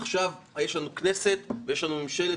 עכשיו יש לנו כנסת ויש לנו ממשלה,